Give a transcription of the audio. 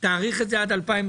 תאריך את זה עד 2026,